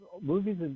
movies